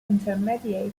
intermediate